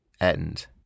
end